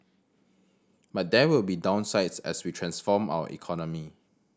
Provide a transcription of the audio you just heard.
but there will be downsides as we transform our economy